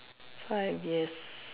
five years